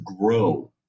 grow